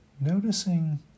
noticing